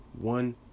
one